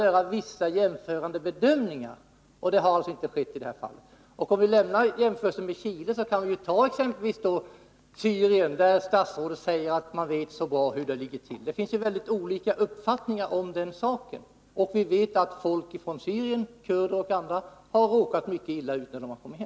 Är statsrådet beredd att medverka till att den speciella gynekologtjänsten vid socialstyrelsen bevaras, bl.a. mot bakgrund av diskussionen om vikten av att bygga ut preventivmedelsrådgivningen i abortförebyggande syfte?